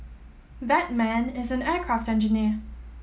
that man is an aircraft engineer